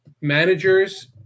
managers